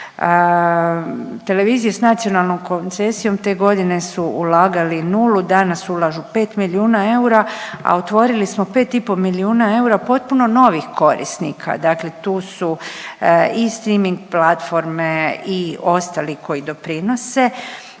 televizije s nacionalnom koncesijom te godine su ulagali nulu, danas ulažu pet milijuna eura, a otvorili smo 5,5 milijuna eura potpuno novih korisnika, dakle tu su i streaming platforme i ostali koji doprinose.